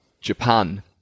Japan